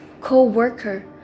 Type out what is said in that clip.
co-worker